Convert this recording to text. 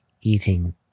eating